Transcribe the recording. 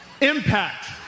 Impact